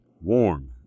warm